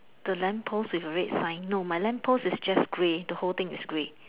the lamp post with red sign no my lamp post is grey the whole thing is grey